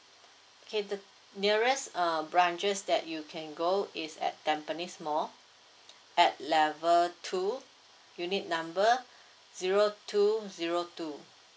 okay the nearest uh branches that you can go is at tampines mall at level two unit number zero two zero two